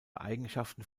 eigenschaften